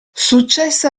successe